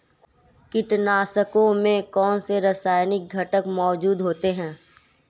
कीटनाशकों में कौनसे रासायनिक घटक मौजूद होते हैं?